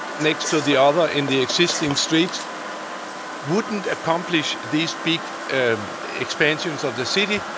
next to the other in the existing streets wouldn't accomplish these peak and expansions of the city.